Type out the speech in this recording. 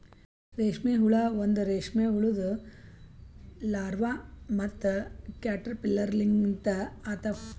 ರೇಷ್ಮೆ ಹುಳ ಒಂದ್ ರೇಷ್ಮೆ ಹುಳುದು ಲಾರ್ವಾ ಮತ್ತ ಕ್ಯಾಟರ್ಪಿಲ್ಲರ್ ಲಿಂತ ಆತವ್